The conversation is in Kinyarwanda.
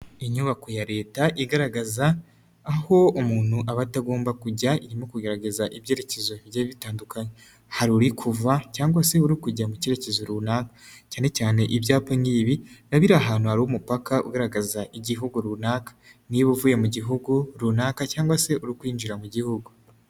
Inyubako ya Leta igaragaza aho umuntu aba atagomba kujya, irimo kugerageza ibyerekezo bigiye bitandukanye, aho uri kuva cyangwa se uri kujya mu cyerekezo runaka, cyane cyane ibyapa nk'ibi bishyirwa ahantu hari umupaka, ugaragaza Igihugu runaka niba uvuye mu gihugu runaka cyangwa se uri kwinjira mu gihugu.